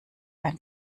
ein